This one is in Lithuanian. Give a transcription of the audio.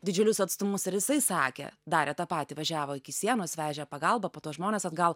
didžiulius atstumus ir jisai sakė darė tą patį važiavo iki sienos vežė pagalbą po to žmones atgal